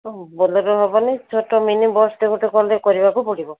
ହଉ ବୋଲେରୋ ହବନି ଛୋଟ ମିନି ବସ୍ଟେ ଗୋଟେ କଲେ କରିବାକୁ ପଡ଼ିବ